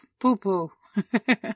poo-poo